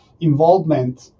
involvement